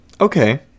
Okay